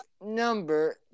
number